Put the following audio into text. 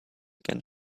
again